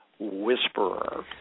whisperer